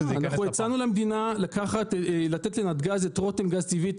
הצענו למדינה לתת לנתגז את רתם גז טבעי,